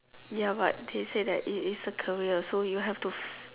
ya but they say that it is a career so you have to fi~